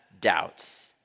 doubts